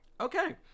Okay